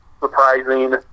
surprising